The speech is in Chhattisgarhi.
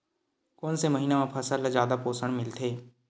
कोन से महीना म फसल ल जादा पोषण मिलथे?